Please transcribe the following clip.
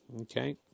Okay